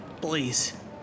Please